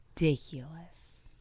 ridiculous